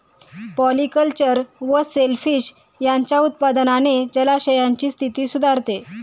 polyculture व shellfish यांच्या उत्पादनाने जलाशयांची स्थिती सुधारते